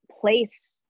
place